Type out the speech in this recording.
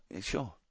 Sure